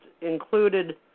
included